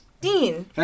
Dean